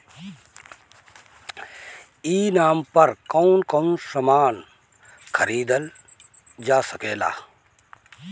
ई नाम पर कौन कौन समान खरीदल जा सकेला?